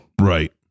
right